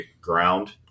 ground